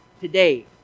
today